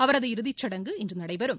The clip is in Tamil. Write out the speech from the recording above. அவரது இறுதிச்சடங்கு இன்று நடைபெறும்